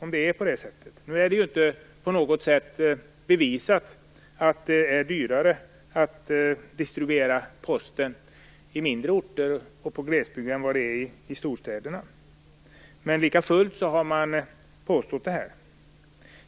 Men det är inte på något sätt bevisat att det är dyrare att distribuera posten på mindre orter och i glesbygd än det är i storstäderna. Lika fullt har det påståtts.